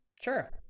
sure